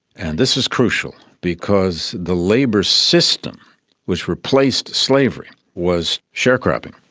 and this is crucial because the labour system which replaced slavery was sharecropping,